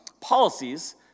policies